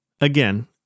Again